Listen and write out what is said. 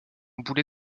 boulet